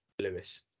Lewis